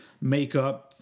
makeup